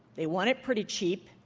they want it pretty cheap.